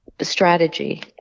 strategy